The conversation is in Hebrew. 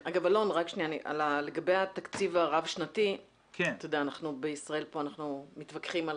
לגבי התקציב הרב-שנתי, אתה מדבר על